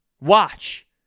Watch